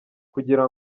kugira